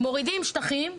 מורידים שטחים,